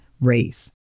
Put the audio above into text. race